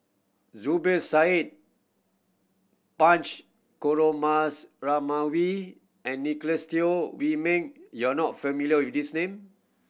Zubir Said Punch and Teo Wei Min you are not familiar with these name